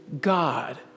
God